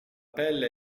pelle